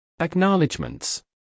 Acknowledgements